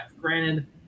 Granted